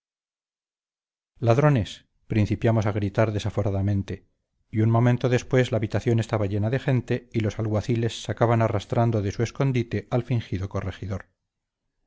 ladrones principiamos a gritar desaforadamente y un momento después la habitación estaba llena de gente y los alguaciles sacaban arrastrando de su escondite al fingido corregidor